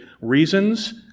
reasons